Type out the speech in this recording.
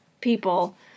people